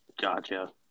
Gotcha